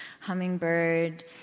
hummingbird